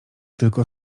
tylko